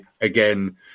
again